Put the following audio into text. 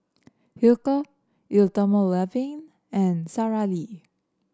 Hilker Eau Thermale Avene and Sara Lee